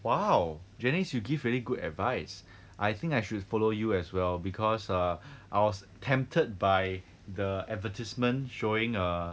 !wow! janice you give very good advice I think I should follow you as well because err I was tempted by the advertisement showing a